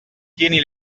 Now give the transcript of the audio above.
tieni